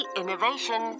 innovation